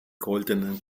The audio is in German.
goldenen